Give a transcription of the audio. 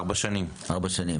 ארבע שנים.